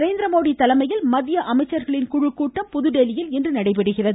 நரேந்திரமோடி தலைமையில் மத்திய அமைச்சர்கள் குழு கூட்டம் புதுதில்லியில் இன்று நடைபெறுகிறது